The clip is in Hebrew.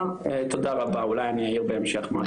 תודה רבה אולי אני אעיר בהמשך משהו.